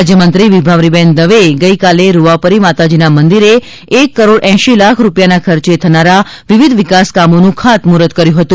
રાજ્યમંત્રી વિભાવરીબેન દવેએ ગઇકાલે રૂવાપરી માતાજીના મંદિરે એક કરોડ એંશી લાખ રૂપિયાના ખર્ચે થનારા વિવિધ વિકાસકામોનું ખાત મુહર્ત કર્યું હતું